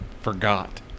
forgot